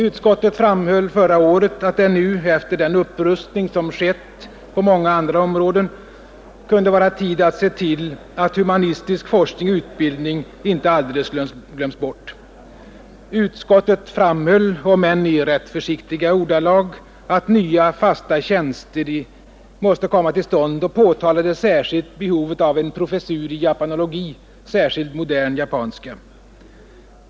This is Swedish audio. Utskottet framhöll förra året att det nu efter den upprustning som skett på många andra områden kunde vara tid att se till att humanistisk forskning och utbildning inte alldeles glöms bort. Utskottet uttalade — om än i rätt försiktiga ordalag — att nya fasta tjänster måste komma till stånd och underströk framför allt behovet av en professur i japanologi, särskilt modern japanska.